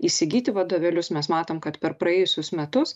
įsigyti vadovėlius mes matom kad per praėjusius metus